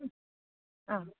ಆಂ